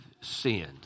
sinned